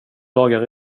dagar